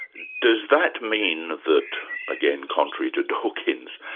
does that mean that again, contrary to dawkins,